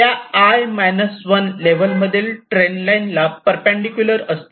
त्या i 1 level मधील trail line ला परपेंडिकुलर असतील